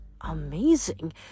amazing